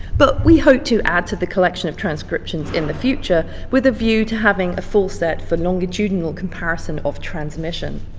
but we hope to add to the collection of transcriptions in the future, with a view to having a full set for longitudinal comparison of transmission.